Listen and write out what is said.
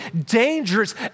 dangerous